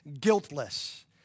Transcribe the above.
guiltless